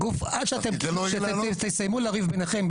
עד שתסיימו לריב ביניכם,